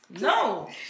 No